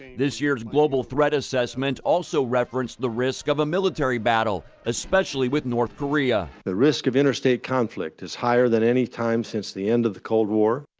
this year's global threat assessment also referenced the risk of a military battle, especially with north korea. the risk of interstate conflict is higher than at any time since the end of the cold war.